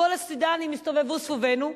כל הסודנים הסתובבו סביבנו,